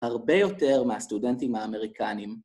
‫הרבה יותר מהסטודנטים האמריקנים.